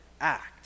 act